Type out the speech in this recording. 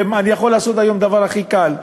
ואני יכול לעשות היום דבר שהוא הכי קל,